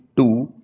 two,